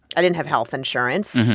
i didn't have health insurance.